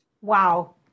Wow